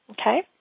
okay